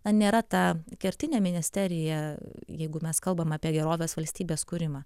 na nėra ta kertinė ministerija jeigu mes kalbam apie gerovės valstybės kūrimą